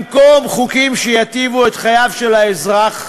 במקום חוקים שייטיבו את חייו של האזרח,